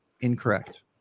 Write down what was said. Incorrect